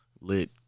lit